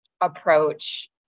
approach